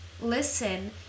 listen